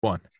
one